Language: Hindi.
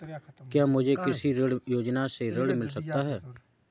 क्या मुझे कृषि ऋण योजना से ऋण मिल सकता है?